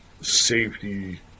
safety